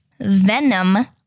venom